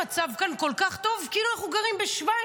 המצב כאן כול כך טוב כאילו אנחנו גרים בשווייץ,